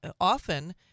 often